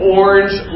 orange